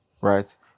right